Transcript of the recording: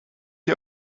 dir